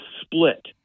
Split